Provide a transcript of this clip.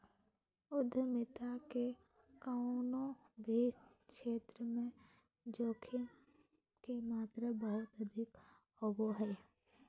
उद्यमिता के कउनो भी क्षेत्र मे जोखिम के मात्रा बहुत अधिक होवो हय